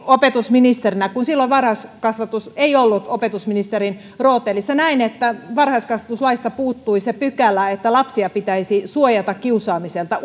opetusministerinä kun silloin varhaiskasvatus ei ollut opetusministerin rootelissa ja näin että varhaiskasvatuslaista puuttui se pykälä että lapsia pitäisi suojata kiusaamiselta